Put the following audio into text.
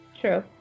True